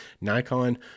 Nikon